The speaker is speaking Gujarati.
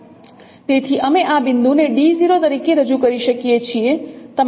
તેથી અમે આ બિંદુને તરીકે રજૂ કરી શકીએ છીએ